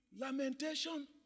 lamentation